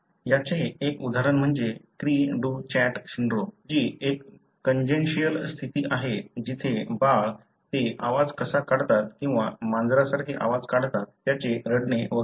याचे एक उदाहरण म्हणजे क्रि डू चॅट सिंड्रोम जी एक कन्ˈजेनिट्ल् स्थिती आहे जिथे बाळ ते आवाज कसा काढतात किंवा मांजरासारखे आवाज काढतात त्याचे रडणे वगैरे